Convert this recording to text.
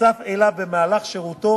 נחשף לו במהלך שירותו